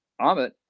Amit